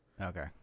Okay